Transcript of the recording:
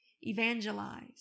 Evangelize